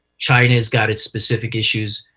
china has got its specific issues,